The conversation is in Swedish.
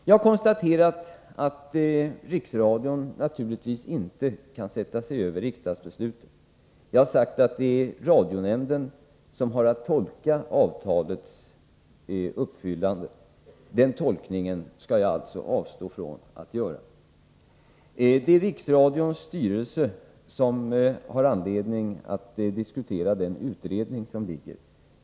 Jag har konstaterat att Riksradion naturligtvis inte kan sätta sig över riksdagsbesluten. Jag har sagt att det är radionämnden som har att tolka avtalets uppfyllande. Den tolkningen skall jag alltså avstå från att göra. Det är Riksradions styrelse som har anledning att diskutera den utredning som föreligger.